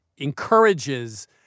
encourages